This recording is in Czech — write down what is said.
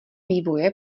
vývoje